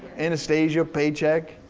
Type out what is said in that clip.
anastasia, paycheck,